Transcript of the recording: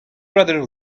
rather